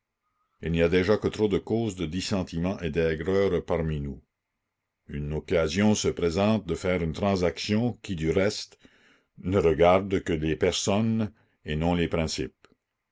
il n'y a déjà que trop de causes de dissentiment et d'aigreur parmi nous une occasion se présente de faire une transaction qui du reste ne regarde que les personnes et non les principes